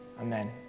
Amen